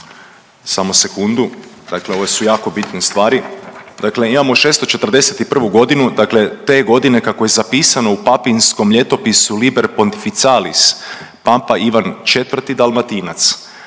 Samo sekundu, dakle ovo su jako bitne stvari. Dakle imamo 641. godinu, dakle te godine kako je zapisano u Papinskom ljetopisu Liber ponticifalis, papa Ivan IV Dalmatinac